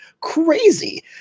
crazy